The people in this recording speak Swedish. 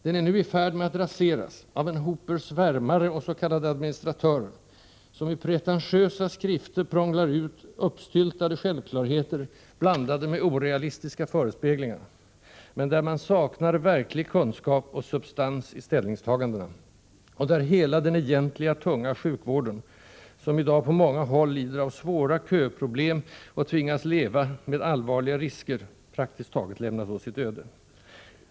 Den är nu i färd med att raseras av en hoper svärmare och s.k. administratörer, som i pretentiösa skrifter prånglar ut uppstyltade självklarheter blandade med orealistiska förespeglingar, men där man saknar verklig kunskap och substans i ställningstagandena och där hela den egentliga, tunga sjukvården — som i dag på många håll lider av svåra köproblem och tvingas leva med allvarliga risker — praktiskt taget lämnats åt sitt öde.